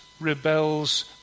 rebels